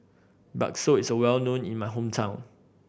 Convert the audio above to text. bakso is well known in my hometown